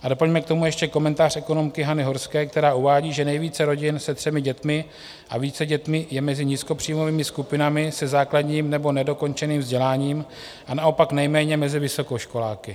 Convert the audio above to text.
A doplňme k tomu ještě komentář ekonomky Hany Horské, která uvádí, že nejvíce rodin se třemi a více dětmi je mezi nízkopříjmovými skupinami se základním nebo nedokončeným vzděláním a naopak nejméně mezi vysokoškoláky.